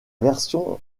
version